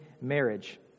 marriage